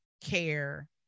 care